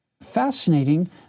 fascinating